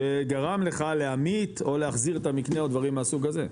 שגרם לך להמעיט או להחזיר את המקנה או דברים מהסוג הזה?